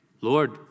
Lord